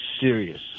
serious